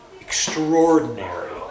extraordinary